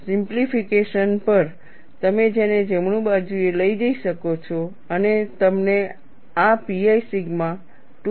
simplification પર તમે તેને જમણી બાજુએ લઈ શકો છો અને તમને આ pi સિગ્મા 2 સિગ્મા ys તરીકે મળશે